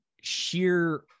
sheer